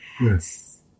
Yes